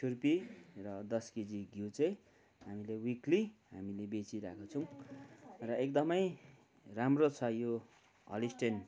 छुर्पी र दस केजी घिउ चाहिँ हामीले विकली हामीले बेचिरहेको छौँ र एकदमै राम्रो छ यो हलस्टेन